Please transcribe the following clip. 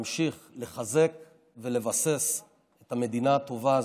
להמשיך לחזק ולבסס את המדינה הטובה הזאת.